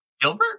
gilbert